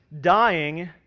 dying